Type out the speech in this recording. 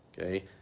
okay